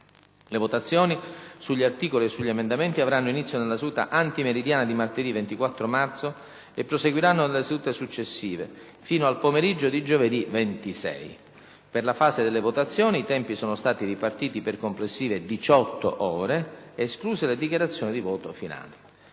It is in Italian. Le votazioni sugli articoli e sugli emendamenti avranno inizio nella seduta antimeridiana di martedì 24 marzo e proseguiranno nelle sedute successive fino al pomeriggio di giovedì 26. Per la fase delle votazioni, i tempi sono stati ripartiti per complessive 18 ore, escluse le dichiarazioni di voto finali.